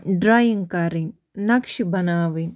drawing کَرٕنۍ نقشہِ بَناوٕنۍ